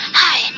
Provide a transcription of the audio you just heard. hi